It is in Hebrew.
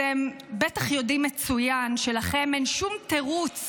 אתם בטח יודעים מצוין שלכם אין שום תירוץ